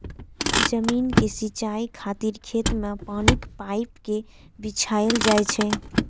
जमीन के सिंचाइ खातिर खेत मे पानिक पाइप कें बिछायल जाइ छै